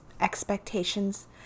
expectations